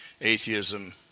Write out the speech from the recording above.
atheism